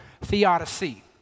theodicy